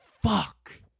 Fuck